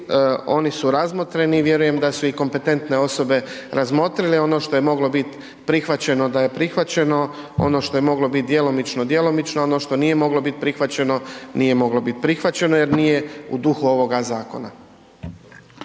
oni su razmotreni i vjerujem da su ih kompetentne osobe razmotrile. Ono što je moglo biti prihvaćeno da je prihvaćeno, ono što je moglo biti djelomično, djelomično, ono što nije moglo biti prihvaćeno nije moglo biti prihvaćeno jer nije u duhu ovoga zakona.